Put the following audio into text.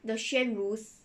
the xuanru's